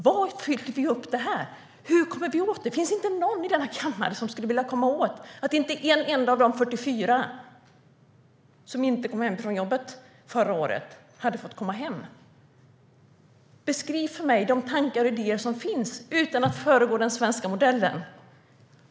Vad fyller vi det här med? Hur kommer vi åt det? Det finns inte någon i denna kammare som inte vill komma åt det, som inte vill att varenda en av de 44 som inte kom hem från jobbet förra året hade fått komma hem. Beskriv för mig de tankar och idéer som finns utan att frångå den svenska modellen!